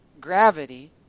gravity